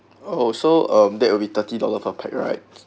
oh so um that will be thirty dollar per pax right